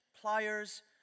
pliers